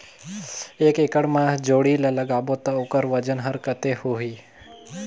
एक एकड़ मा जोणी ला लगाबो ता ओकर वजन हर कते होही?